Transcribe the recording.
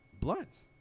Blunts